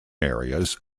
areas